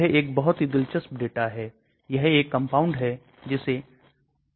तो इन सभी एंजाइमों की उपस्थिति में आप की दवा अभी भी स्थिर है